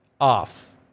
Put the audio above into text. off